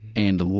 and the,